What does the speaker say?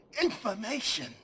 information